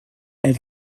elle